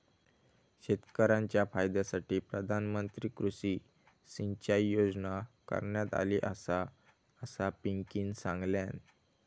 शेतकऱ्यांच्या फायद्यासाठी प्रधानमंत्री कृषी सिंचाई योजना करण्यात आली आसा, असा पिंकीनं सांगल्यान